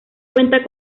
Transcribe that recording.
cuenta